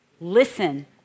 Listen